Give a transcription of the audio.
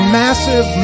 massive